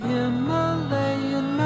Himalayan